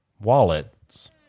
wallets